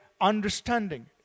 understanding